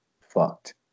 fucked